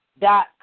dot